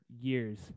years